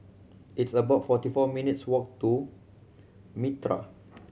it's about forty four minutes' walk to Mitraa